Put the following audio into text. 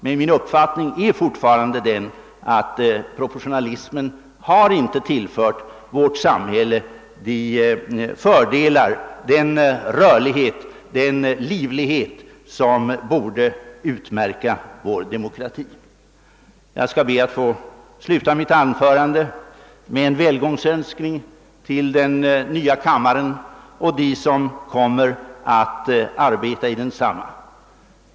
Men min uppfattning är fortfarande den att proportionalismen inte har tillfört vårt samhälle de fördelar, den rörlighet och den livlighet som borde utmärka vår demokrati. Jag skall be att få sluta mitt anförande med en välgångsönskning till den nya kammaren och dem som kommer att arbeta i densamma.